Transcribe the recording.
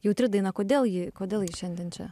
jautri daina kodėl ji kodėl kodėl ji šiandien čia